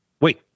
Wait